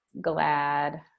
glad